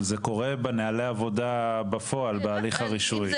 אבל זה קורה בנהלי העבודה בפועל בהליך הרישוי.